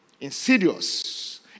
insidious